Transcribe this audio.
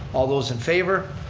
all those in favor.